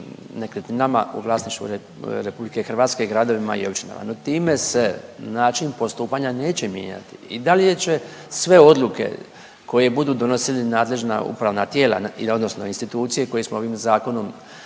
nekretninama u vlasništvu RH gradovima i općinama no time se način postupanja neće mijenjati. I dalje će sve odluke koje budu donosili nadležna upravna tijela odnosno institucije koje smo ovim zakonom